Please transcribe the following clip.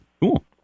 Cool